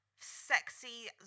sexy